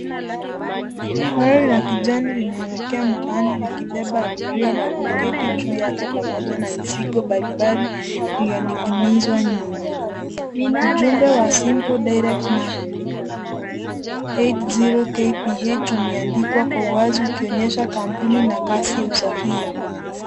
Gari la kijani linaelekea mtaani likibeba abiria walioketi juu yake pamoja na mizigo mbalimbali iliyoning'inizwa nyuma. Ujumbe wa simple direct na 80kph umeandikwa kwa uwazi ukionyesha kampuni na kasi ya usafiri.